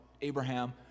Abraham